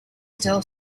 still